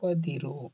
ಒಪ್ಪದಿರು